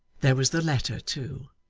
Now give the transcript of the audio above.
there was the letter too,